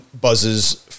buzzes